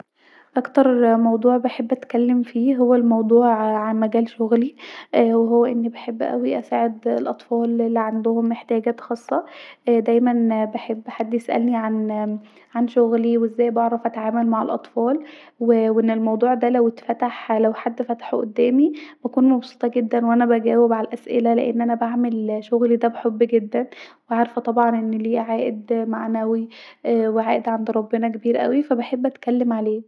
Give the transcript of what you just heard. اكتر موضوع بحب اتكلم فيه هو الموضوع عن مجال شغلي وهو اني بحب اوي اساعد الاطفال الي عندهم احتياجات خاصه دايما بحب حد يسألني عن شغلي وازاي بعرف اتعامل مع الاطفال واااا وان الموضوع ده لو اتفتح لو حد فتحته قدامي بكون مبسوطه جدا وأنا بجاوب علي الاسالة لأن انا بعمل شغلي ده بحب جدا وعارفه طبعا أنه ليه عائد معنوي وعائد عند ربنا كبير اوي ف بحب أتكلم عليه